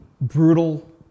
Brutal